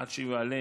עד שהוא יעלה,